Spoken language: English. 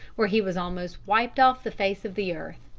where he was almost wiped off the face of the earth.